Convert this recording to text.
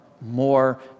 more